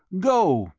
go!